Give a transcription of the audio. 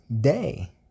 day